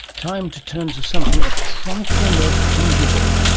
time to turn to something a trifle more tangible,